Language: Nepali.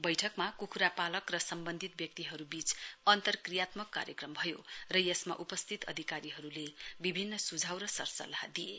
वैठकमा कुखुरापालक र सम्वन्धित व्यक्तिहरुवीच अन्तक्रियात्मक कार्यक्रम भयो र यसमा उपस्थित अधिकारीहरुले विभिन्न सुझाउ रसरसल्लाह दिए